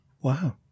Wow